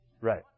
Right